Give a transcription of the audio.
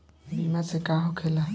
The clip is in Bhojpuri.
बीमा से का होखेला?